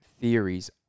theories